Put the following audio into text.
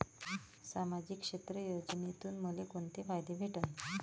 सामाजिक क्षेत्र योजनेतून मले कोंते फायदे भेटन?